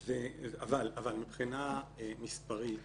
אבל מבחינה מספרית